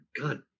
God